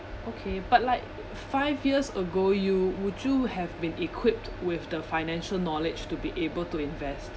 okay but like five years ago you would you have been equipped with the financial knowledge to be able to invest